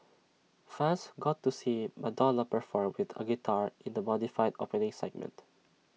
fans got to see Madonna perform with A guitar in the modified opening segment